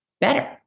better